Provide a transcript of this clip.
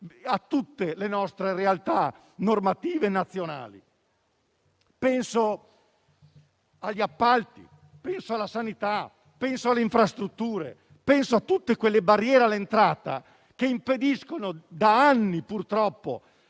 a tutte le nostre realtà normative nazionali. Penso agli appalti, alla sanità, alle infrastrutture e a tutte quelle barriere all'entrata che impediscono da anni, purtroppo,